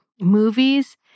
movies